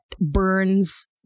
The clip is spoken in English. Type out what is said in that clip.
burns